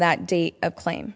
that date a claim